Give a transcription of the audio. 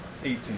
Eighteen